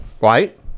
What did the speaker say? right